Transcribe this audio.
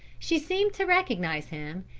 she seemed to recognize him,